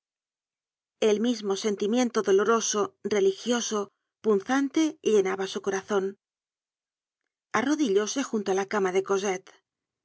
el mismo sentimiento doloroso religioso punzante llenaba su corazon arrodillóse junto á la cama de